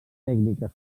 tècnica